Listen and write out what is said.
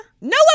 No